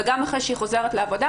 וגם אחרי שהיא חוזרת לעבודה,